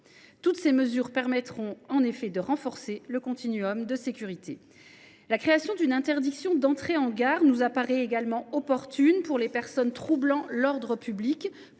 Toutes ces mesures permettront de renforcer le continuum de sécurité. La création d’une interdiction d’entrée en gare nous apparaît également opportune pour les personnes troublant l’ordre public,